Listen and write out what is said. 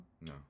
No